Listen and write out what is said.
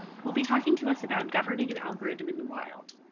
who'll be talking to us about governing an algorithm in the wild.